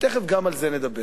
ותיכף גם על זה נדבר.